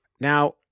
Now